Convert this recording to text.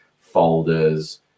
folders